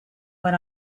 when